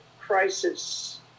crisis